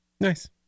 Nice